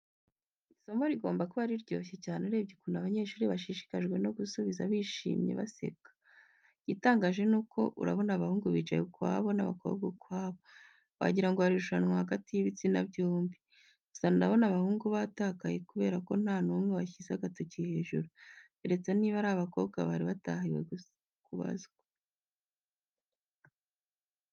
Isomo rigomba kuba riryoshye cyane urebye ukuntu abanyeshuri bashishikajwe no gusubiza bishimye baseka. Igitangaje ni uko urabona abahungu bicaye ukwabo, n'abakobwa ukwabo. Wagira ngo hari irushanwa hagati y'ibitsina byombi. Gusa ndabona abahungu batakaye kubera ko nta n'umwe washyize agatoki hejuru. Keretse niba ari abakobwa bari batahiwe kubazwa.